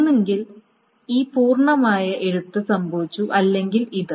ഒന്നുകിൽ ഈ പൂർണ്ണമായ എഴുത്ത് സംഭവിച്ചു അല്ലെങ്കിൽ ഇത്